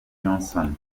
johnson